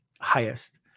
highest